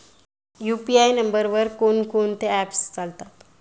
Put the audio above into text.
UPI नंबरवर कोण कोणते ऍप्स चालतात?